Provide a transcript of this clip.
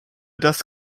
das